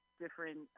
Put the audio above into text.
different